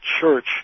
church